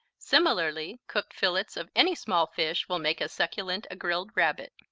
similarly cooked fillets of any small fish will make as succulent a grilled rabbit.